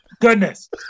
Goodness